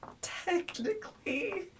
Technically